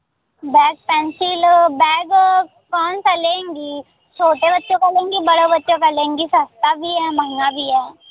bag pencil bag कौन सा लेंगी छोटे बच्चों का लेंगी बड़े बच्चों का लेंगी सस्ता भी है महँगा भी है